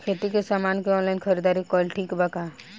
खेती के समान के ऑनलाइन खरीदारी कइल ठीक बा का?